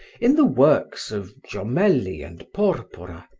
in the works of jomelli and porpora,